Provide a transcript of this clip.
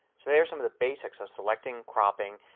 so there is some of the basics of selecting, cropping,